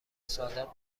صادق